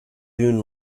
dune